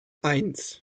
eins